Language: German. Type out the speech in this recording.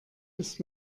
ist